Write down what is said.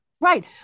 right